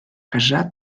casar